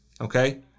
okay